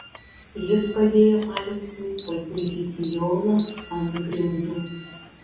jis padėjo aleksiui paguldyti jolą ant grindų